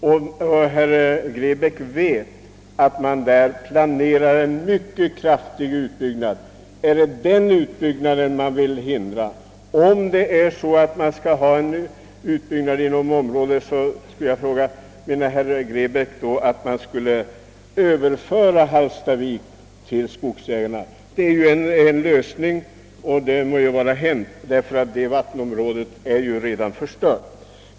Herr Grebäck vet emellertid att denna industri nu planerar en mycket kraftig utbyggnad. är det den utbyggnaden man vill hindra? Herr Grebäck kanske i stället menar att Hallstavik borde överföras till skogsägarna? Det må vara hänt, eftersom vattenområdet redan är förstört.